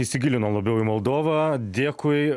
įsigilinom labiau į moldovą dėkui